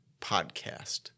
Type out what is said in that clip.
Podcast